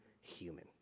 human